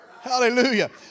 Hallelujah